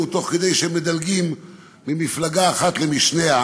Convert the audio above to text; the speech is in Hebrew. תוך כדי שהם מדלגים ממפלגה אחת למשנה,